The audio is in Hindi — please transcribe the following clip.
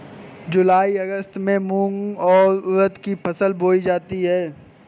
जूलाई अगस्त में मूंग और उर्द की फसल बोई जाती है